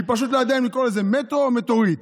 היא פשוט לא ידעה אם לקרוא לזה מטרו או מטורית,